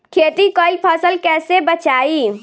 खेती कईल फसल कैसे बचाई?